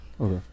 Okay